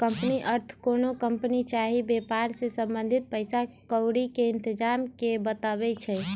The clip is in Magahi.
कंपनी अर्थ कोनो कंपनी चाही वेपार से संबंधित पइसा क्औरी के इतजाम के बतबै छइ